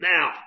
Now